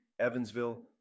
Evansville